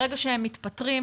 ברגע שהם מתפטרים,